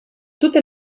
tutte